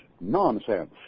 nonsense